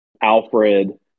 Alfred